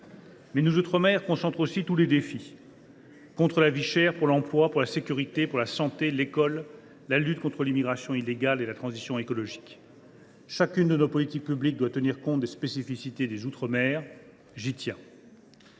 Mais nos outre mer concentrent aussi tous les défis : contre la vie chère, pour l’emploi, la sécurité, la santé, l’école, la lutte contre l’immigration illégale et la transition écologique. Chacune de nos politiques publiques doit tenir compte de leurs spécificités. J’y tiens